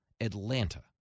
Atlanta